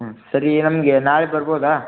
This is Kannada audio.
ಹ್ಞೂ ಸರಿ ನಮಗೆ ನಾಳೆ ಬರ್ಬಹುದಾ